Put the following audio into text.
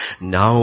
Now